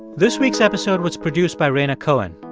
this week's episode was produced by rhaina cohen.